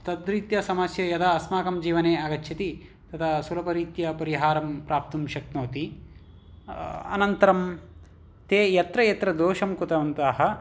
तद्रीत्या समस्या यदा अस्माकं जीवने आगच्छति तदा सुलभरीत्या परिहारं प्राप्तुं शक्नोति अनन्तरं ते यत्र यत्र दोषं कृतवन्तः